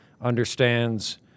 understands